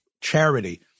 charity